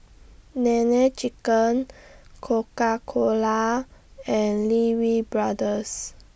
Nene Chicken Coca Cola and Lee Wee Brothers